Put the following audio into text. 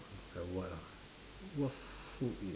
like what ah what food is